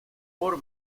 por